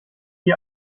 die